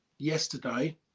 Yesterday